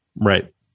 Right